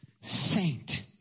saint